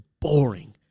boring